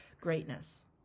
greatness